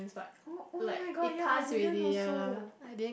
oh oh-my-god yea I didn't also